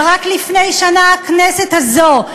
ורק לפני שנה הכנסת הזו,